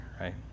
right